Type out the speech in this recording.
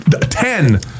ten